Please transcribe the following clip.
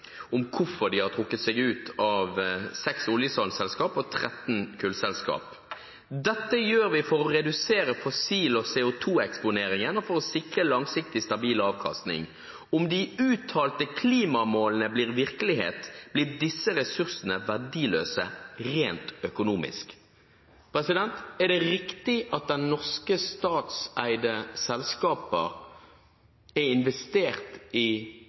om hvorfor de har trukket seg ut av seks oljesandselskaper og 13 kullselskaper: «Dette gjør vi for å redusere fossil- og CO2-eksponeringen og sikre langsiktig stabil avkastning. Om de uttalte klimamålene blir virkelighet, blir disse ressursene verdiløse rent økonomisk». Er det riktig at det norske statseide selskapet har investert i